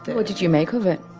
but what did you make of it?